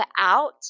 out